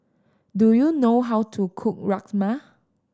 do you know how to cook Rajma